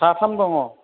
साथाम दङ